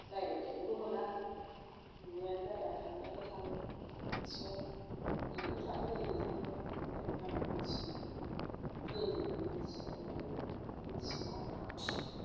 रायलायफेरनोबो मोना नुनायानो जाया थांनायालाय थाङो मिटिं आव ओरैबो थाङो ओरैबो थाङो जोंलाय जामबि मानसि गोजौनि मानसि जाहैबाय मिथिला